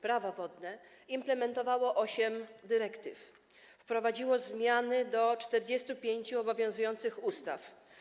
Prawo wodne implementowało 8 dyrektyw, wprowadziło zmiany do 45 obowiązujących ustaw.